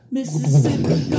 Mississippi